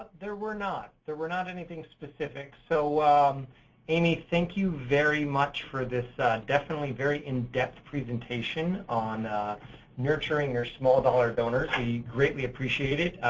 there were not. there were not anything specific. so amy, thank you very much for this definitely very in-depth presentation on nurturing your small-dollar donors. we greatly appreciate it.